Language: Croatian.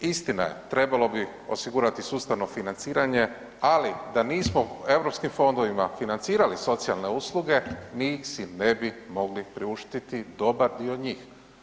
Istina je trebalo bi osigurati sustavno financiranje, ali da nismo u europskim fondovima financirali socijalne usluge mi si ne bi mogli priuštiti dobar dio njih.